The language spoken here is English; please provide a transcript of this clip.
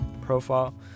profile